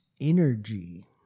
energy